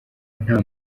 nta